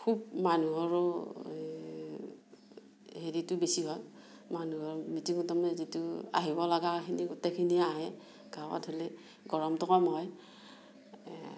খুব মানুহৰো হেৰিটো বেছি হয় মানুহৰ মিটিঙত মানে যিটো আহিব লগাখিনি গোটেইখিনি আহে গাঁৱত হ'লে গৰমটো কম হয়